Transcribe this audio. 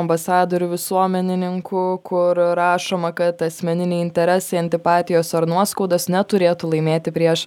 ambasadorių visuomenininkų kur rašoma kad asmeniniai interesai antipatijos ar nuoskaudos neturėtų laimėti prieš